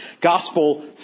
Gospel